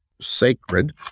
sacred